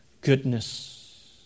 goodness